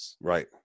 Right